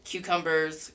Cucumbers